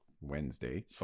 Wednesday